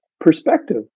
perspective